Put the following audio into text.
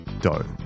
dough